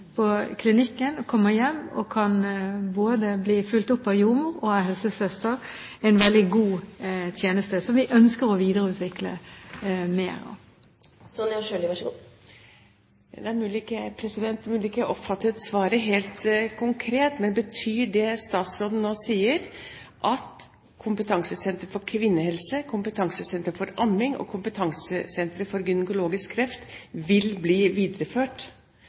på klinikken, kommer hjem og kan både bli fulgt opp av jordmor og av helsesøster – en veldig god tjeneste som vi ønsker å videreutvikle mer. Det er mulig jeg ikke oppfattet svaret helt konkret. Men betyr det statsråden nå sier, at kompetansesenteret for kvinnehelse, kompetansesenteret for amming og kompetansesenteret for gynekologisk kreft vil bli videreført?